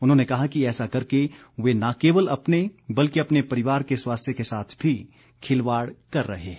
उन्होंने कहा कि ऐसा करके वे न केवल अपने बल्कि अपने परिवार के स्वास्थ्य के साथ भी खिलवाड़ कर रहे हैं